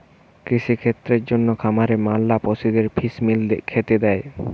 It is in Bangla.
কৃষিক্ষেত্রের জন্যে খামারে ম্যালা পশুদের ফিস মিল খেতে দে